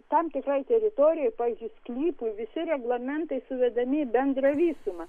tam tikrai teritorijai pavyzdžiui sklypui visi reglamentai suvedami į bendrą visumą